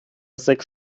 sechs